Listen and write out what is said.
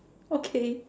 okay